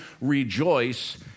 rejoice